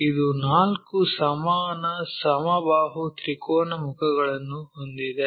ಇದು ನಾಲ್ಕು ಸಮಾನ ಸಮಬಾಹು ತ್ರಿಕೋನ ಮುಖಗಳನ್ನು ಹೊಂದಿದೆ